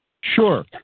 Sure